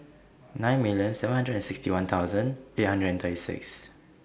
nine million seven hundred and sixty one thousand eight hundred and thirty six